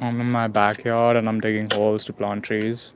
i'm in my backyard, and i'm digging holes to plant trees.